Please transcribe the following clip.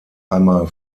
einmal